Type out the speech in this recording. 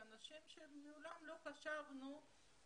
שאנשים שמעולם לא חשבנו עליהם